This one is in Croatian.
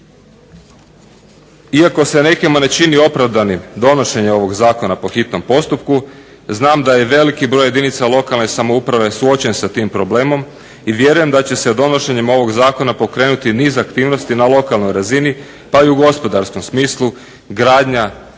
Iako se nekima ne čini opravdanim donošenje ovog Zakona po hitnom postupku znam da je veliki broj jedinica lokalne samouprave suočen sa tim problemom i vjerujem da će se donošenjem ovog Zakona pokrenuti niz aktivnosti na lokalnoj razini pa i u gospodarskom smislu gradnja,